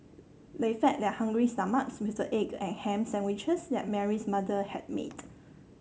they fed their hungry stomachs with the egg and ham sandwiches that Mary's mother had made